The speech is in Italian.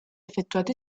effettuate